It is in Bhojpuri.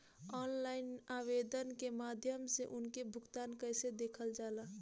ऑनलाइन आवेदन के माध्यम से उनके भुगतान कैसे देखल जाला?